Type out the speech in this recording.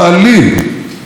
הם מעריצים,